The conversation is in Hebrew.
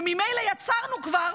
וממילא יצרנו כבר